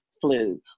flu